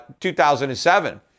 2007